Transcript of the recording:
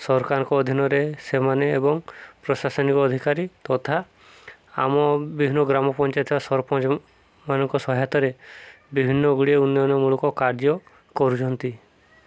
ସରକାରଙ୍କ ଅଧୀନରେ ସେମାନେ ଏବଂ ପ୍ରଶାସନିକ ଅଧିକାରୀ ତଥା ଆମ ବିଭିନ୍ନ ଗ୍ରାମ ପଞ୍ଚାୟତ ବା ସରପଞ୍ଚମାନଙ୍କ ସହାୟତରେ ବିଭିନ୍ନ ଗୁଡ଼ିଏ ଉନ୍ନୟନମୂଳକ କାର୍ଯ୍ୟ କରୁଛନ୍ତି